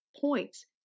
points